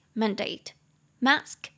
mandate，mask